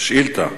שאינה נוכחת.